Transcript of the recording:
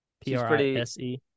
P-R-I-S-E